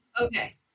Okay